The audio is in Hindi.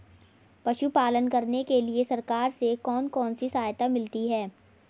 पशु पालन करने के लिए सरकार से कौन कौन सी सहायता मिलती है